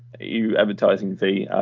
you advertising ah?